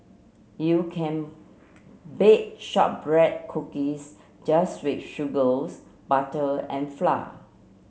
you can bake shortbread cookies just with sugar butter and flour